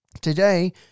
Today